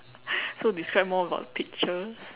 so describe more about the picture